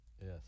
Yes